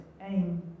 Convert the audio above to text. Aim